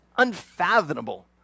unfathomable